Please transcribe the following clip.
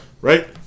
Right